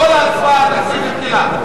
כל ההצבעה על התקציב בטלה.